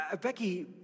Becky